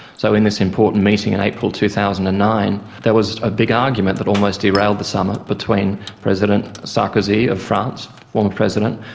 so in this important meeting in april two thousand and nine there was a big argument that almost derailed the summit between president sarkozy of france, the former president,